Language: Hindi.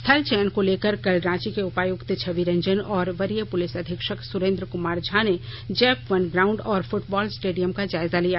स्थल चयन को लेकर कल रांची के उपायुक्त छवि रंजन और वरीय पुलिस अधीक्षक सुरेन्द्र कुमार झा ने जैप वन ग्राउंड और फुटबॉल स्टेडियम का जायजा लिया